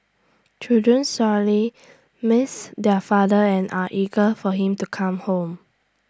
children sorely miss their father and are eager for him to come home